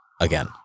again